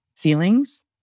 feelings